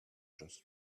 just